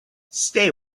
stay